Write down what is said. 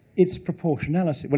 it's proportionality. but